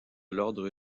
l’ordre